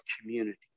community